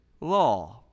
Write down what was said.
law